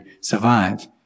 survive